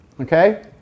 Okay